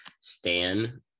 Stan